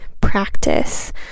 practice